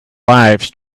lives